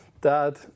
dad